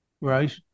right